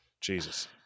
Jesus